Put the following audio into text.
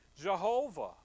Jehovah